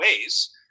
ways